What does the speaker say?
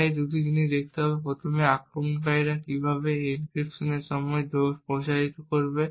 তাই এখানে দুটি জিনিস দেখতে হবে প্রথমত আক্রমণকারী কীভাবে একটি এনক্রিপশনের সময় দোষ প্ররোচিত করবে